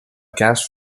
cast